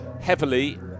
heavily